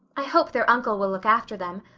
i hope their uncle will look after them.